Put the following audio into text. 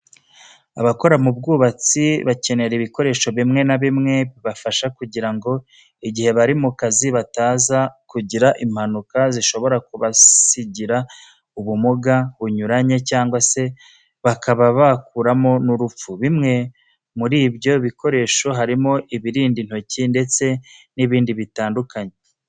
Abakora mu bwubatsi bakenera ibikoresho bimwe na bimwe bibafasha kugira ngo igihe bari mu kazi bataza kugira impanuka zishobora kubasigira ubumuga bunyuranye cyangwa se bakaba bakuramo n'urupfu. Bimwe muri ibyo bikoresho harimo ibirinda intoki ndetse n'ibindi bitandukanye.